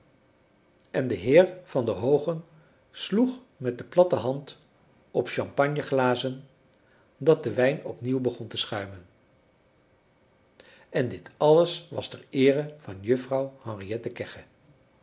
en de heer van der hoogen sloeg met de platte hand op champagneglazen dat de wijn op nieuw begon te schuimen en dit alles was ter eere van juffrouw